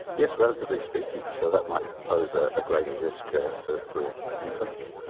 yes, relatively speaking, so that might pose a ah greater risk ah for for infants.